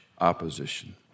opposition